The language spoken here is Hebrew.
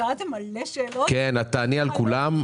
שאלתם מלא שאלות --- את תעני על כולן.